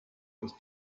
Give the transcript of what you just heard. was